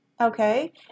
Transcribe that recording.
Okay